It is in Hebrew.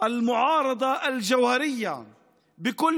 באופן מהותי, כאופוזיציה מהותית.